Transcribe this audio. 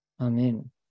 Amen